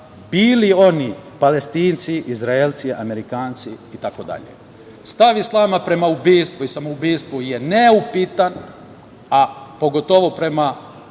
bili oni Palestinci, Izraelci, Amerikanci itd. Stav Islama prema ubistvu ili samoubistvu je neupitan, a pogotovo prema